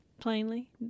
plainly